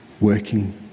working